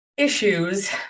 issues